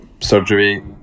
surgery